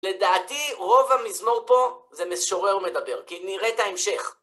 לדעתי רוב המזמור פה זה משורר ומדבר, כי נראה את ההמשך.